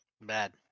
Bad